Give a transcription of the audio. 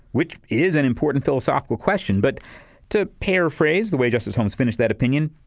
which is an important philosophical question. but to paraphrase the way justice holmes finished that opinion,